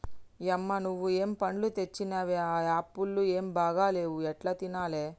యమ్మ నువ్వు ఏం పండ్లు తెచ్చినవే ఆ యాపుళ్లు ఏం బాగా లేవు ఎట్లా తినాలే